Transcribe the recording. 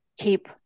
keep